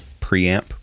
preamp